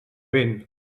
vent